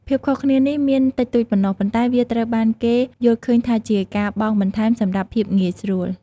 ភាពខុសគ្នានេះមានតិចតួចប៉ុណ្ណោះប៉ុន្តែវាត្រូវបានគេយល់ឃើញថាជាការបង់បន្ថែមសម្រាប់ភាពងាយស្រួល។